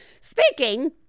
Speaking